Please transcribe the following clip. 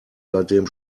seitdem